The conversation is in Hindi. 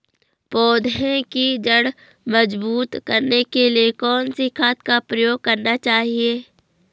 पौधें की जड़ मजबूत करने के लिए कौन सी खाद का प्रयोग करना चाहिए?